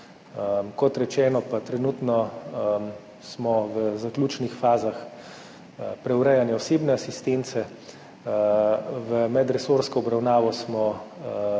Kot rečeno pa smo trenutno v zaključnih fazah preurejanja osebne asistence. V medresorsko obravnavo smo